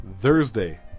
Thursday